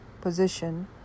position